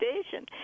station